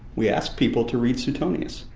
we ask people to read suetonius.